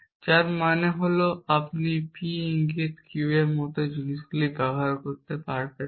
যার মানে হল আপনি P ইঙ্গিত Q এর মতো জিনিসগুলি ব্যবহার করতে পারবেন না